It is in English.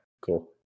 cool